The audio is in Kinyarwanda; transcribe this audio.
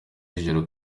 z’ijoro